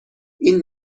این